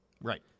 right